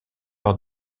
par